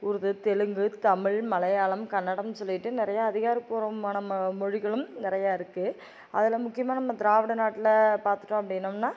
உருது தெலுங்கு தமிழ் மலையாளம் கன்னடம் சொல்லிட்டு நிறைய அதிகாரபூர்வமான மொழிகளும் நிறையா இருக்குது அதில் முக்கியமாக நம்ம திராவிட நாட்டில் பார்த்துட்டோம் அப்படினோம்ன்னா